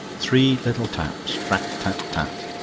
three little taps rat, tat, tat!